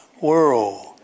world